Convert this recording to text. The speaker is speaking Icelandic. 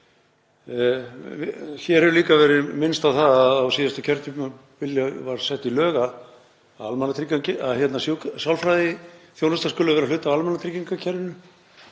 Hér hefur líka verið minnst á það að á síðasta kjörtímabili var sett í lög að sálfræðiþjónusta skuli vera hluti af almannatryggingakerfinu.